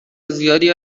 زیادی